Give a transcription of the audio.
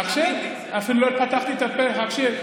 תקשיב, אפילו לא פתחתי את הפה, תקשיב.